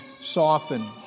softened